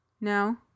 no